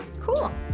Cool